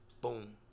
Boom